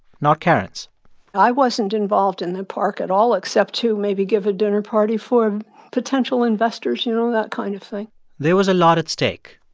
not karen's i wasn't involved in the park at all, except to maybe give a dinner party for potential investors, you know, that kind of thing there was a lot at stake.